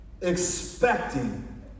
Expecting